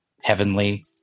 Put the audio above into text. heavenly